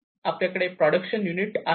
तर हे आपल्याकडे प्रोडक्शन युनिट आहे